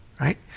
right